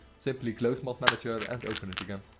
simply close mod manager and open it again.